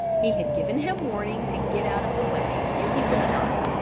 he had given him warning to get out of the way and he would not,